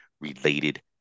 related